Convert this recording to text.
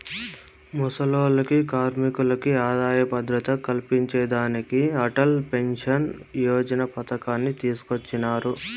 ముసలోల్లకి, కార్మికులకి ఆదాయ భద్రత కల్పించేదానికి అటల్ పెన్సన్ యోజన పతకాన్ని తీసుకొచ్చినారు